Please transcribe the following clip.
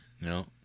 No